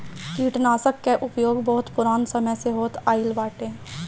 कीटनाशकन कअ उपयोग बहुत पुरान समय से होत आइल बाटे